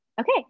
Okay